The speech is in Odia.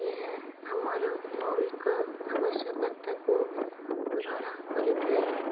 ଏହା ଆମର ମୌଳିକ ଆବଶ୍ୟକତାକୁ ପୂରଣ କରିଥାଏ